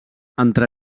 entre